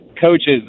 coaches